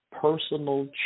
personal